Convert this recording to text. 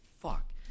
fuck